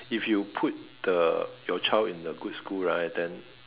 if you put the your child in a good school right then